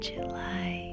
July